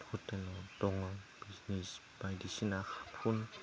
गोदो दङ बिजनेस बायदिसिनाफोर